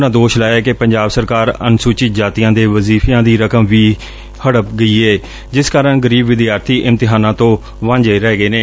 ਉਨ੍ਹਾਂ ਦੋਸ਼ ਲਾਇਆ ਕਿ ਪੰਜਾਬ ਸਰਕਾਰ ਅਨੁਸੂਚਿਤ ਜਾਤੀਆਂ ਦੇ ਵਜੀਫਿਆ ਦੀ ਰਕਮ ਵੀ ਹੜਪ ਕਰ ਗਈ ਏ ਜਿਸ ਕਾਰਨ ਗਰੀਬ ਵਿਦਿਆਰਥੀ ਇਮਤਿਹਾਨਾਂ ਤੋਂ ਵਾਂਝੇ ਰਹਿ ਗਏ ਨੇ